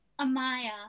Amaya